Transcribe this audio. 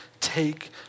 take